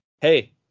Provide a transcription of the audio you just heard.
hey